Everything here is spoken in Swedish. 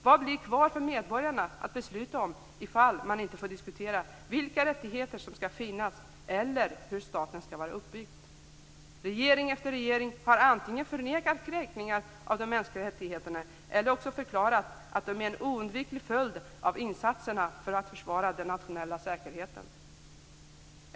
Vad blir kvar för medborgarna att besluta om ifall man inte får diskutera vilka rättigheter som skall finnas eller hur staten skall vara uppbyggd? Regering efter regering har antingen förnekat kränkningar av de mänskliga rättigheterna eller också förklarat att de är en oundviklig följd av insatserna för att försvara den nationella säkerheten.